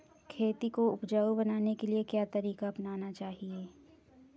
खेती को उपजाऊ बनाने के लिए क्या तरीका अपनाना चाहिए?